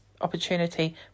opportunity